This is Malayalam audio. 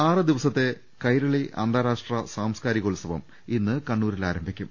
ആറ് ദിവസത്തെ കൈരളി അന്താരാഷ്ട്ര സാംസ്കാരികോത്സവം ഇന്ന് കണ്ണൂരിൽ ആരംഭിക്കും